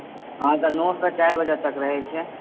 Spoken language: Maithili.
हाँ तऽ नओ सॅं चारि बजे तक रहै छै